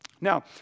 Now